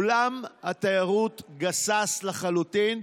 עולם התיירות גסס לחלוטין.